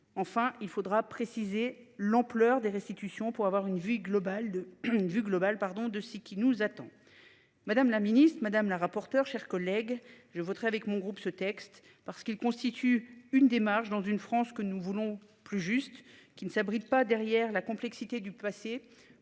Enfin il faudra préciser l'ampleur des restitutions pour avoir une vue globale de plus une vue globale pardon de ce qui nous attend. Madame la Ministre Madame la rapporteure, chers collègues, je voterai avec mon groupe ce texte parce qu'il constitue une démarche dans une France que nous voulons plus juste, qui ne s'abrite pas derrière la complexité du passé